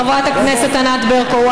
חברת הכנסת ענת ברקו.